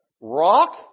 rock